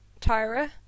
Tyra